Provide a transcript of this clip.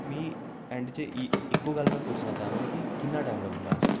मी ऐंड च इक्को गल्ल में पुच्छना चाह्न्ना कि किन्ना टाइम लग्गग लास्ट च